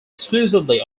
exclusively